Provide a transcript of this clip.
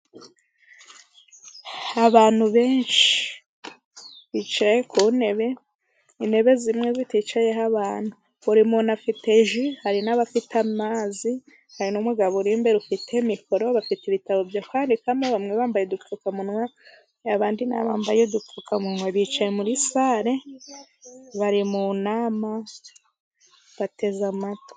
Abantu benshi bicaye ku ntebe, intebe zimwe ziticayeho abantu, buri muntu afite ji, hari n'abafite amazi, hari n'umugabo uri imbere ufite mikoro. Bafite ibitabo byo kwandikamo, bamwe bambaye udupfukamunwa, abandi ntabwo bambaye udupfukamuwa, bicaye muri sare, bari mu nama, bateze amatwi.